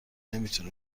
نمیتونه